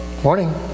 Morning